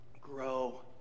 grow